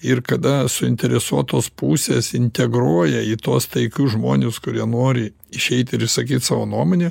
ir kada suinteresuotos pusės integruoja į tuos taikius žmones kurie nori išeit ir išsakyt savo nuomonę